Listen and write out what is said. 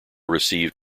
received